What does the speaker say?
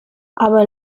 aber